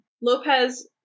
Lopez